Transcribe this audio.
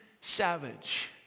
savage